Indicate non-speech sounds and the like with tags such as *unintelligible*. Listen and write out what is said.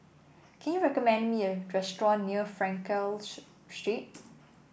can you recommend me a restaurant near Frankel *unintelligible* Street